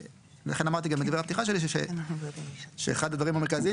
ולכן אני אמרתי בדברי הפתיחה שלי שאחד הדברים המרכזיים